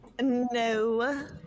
no